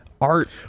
art